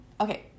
okay